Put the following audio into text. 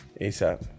ASAP